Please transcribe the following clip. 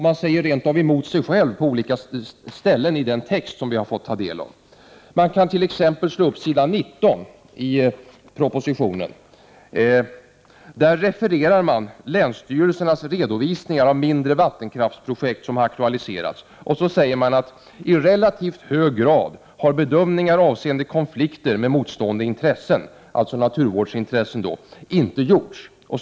Man säger rent av emot sig själv på olika ställen i den text som vi har fått ta del av. Man kan t.ex. slå upp s. 19i propositionen. Där refereras länsstyrelsernas redovisningar av mindre vattenkraftsprojekt som har aktualiserats: ”I relativt hög grad har bedömningar avseende konflikter med motstående intressen inte gjorts.” Med motstående intressen avses naturvårdsintressen.